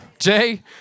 Jay